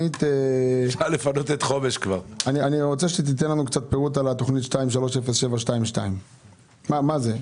אני רוצה שתיתן לנו קצת פירוט על תכנית 23-07-22. מה זה?